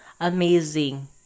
amazing